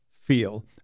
feel